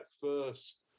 first